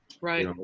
Right